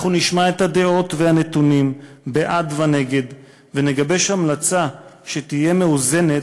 אנחנו נשמע את הדעות והנתונים בעד ונגד ונגבש המלצה שתהיה מאוזנת,